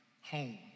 home